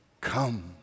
Come